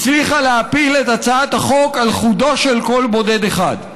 הצליחה להפיל את הצעת החוק על חודו של קול בודד אחד.